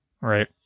Right